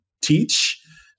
teach